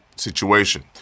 Situation